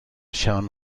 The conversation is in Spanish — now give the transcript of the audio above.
sean